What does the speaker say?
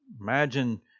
Imagine